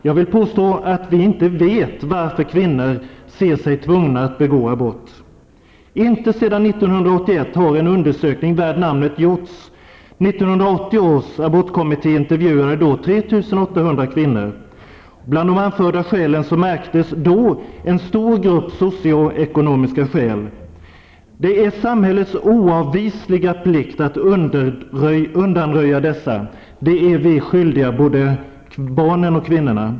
Jag vill påstå att vi inte vet varför kvinnor ser sig tvungna att begå abort. Inte sedan 1981 har en undersökning värd namnet gjorts. 1980 års abortkommitté intervjuade 3 800 kvinnor. Bland de anförda skälen märktes då en stor grupp socioekonomiska skäl. Det är samhällets oavvisliga plikt att undanröja dessa; de är vi skyldiga både barnen och kvinnorna.